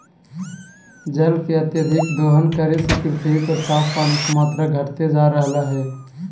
जल के अत्यधिक दोहन करे से पृथ्वी पर साफ पानी के मात्रा घटते जा रहलय हें